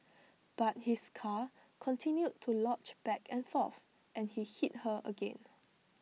but his car continued to lunge back and forth and he hit her again